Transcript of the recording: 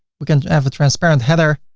we can have a transparent header.